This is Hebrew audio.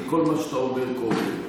כי כל מה שאתה אומר קורה,